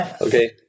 Okay